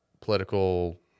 political